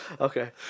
Okay